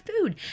food